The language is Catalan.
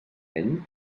ell